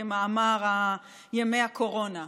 כמאמר ימי הקורונה: